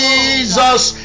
Jesus